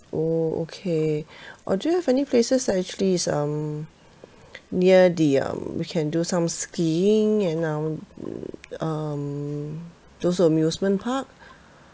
oh okay or do you have any places are actually it's um near the um we can do some skiing and um um those amusement park